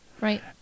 Right